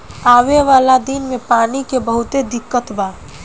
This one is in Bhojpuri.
आवे वाला दिन मे पानी के बहुते दिक्कत बा